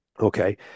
Okay